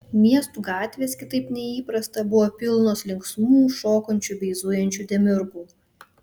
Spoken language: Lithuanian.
miestų gatvės kitaip nei įprasta buvo pilnos linksmų šokančių bei zujančių demiurgų